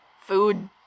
Food